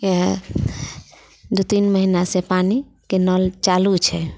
इएहे दू तीन महीनासँ पानिके नल चालू छै